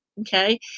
Okay